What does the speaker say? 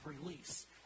release